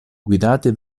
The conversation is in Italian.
guidati